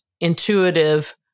intuitive